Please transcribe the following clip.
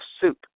soup